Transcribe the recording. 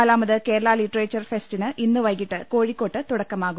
നാലാമത് കേരള ലിറ്ററച്ചർ ഫെസ്റ്റിന് ഇന്ന് വൈകിട്ട് കോഴി ക്കോട്ട് തുടക്കമാവും